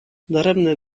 daremne